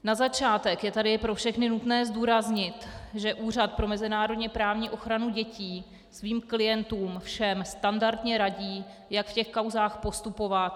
Na začátek je tady pro všechny nutné zdůraznit, že Úřad pro mezinárodněprávní ochranu dětí všem svým klientům standardně radí, jak v těch kauzách postupovat.